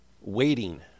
waiting